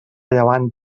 llevant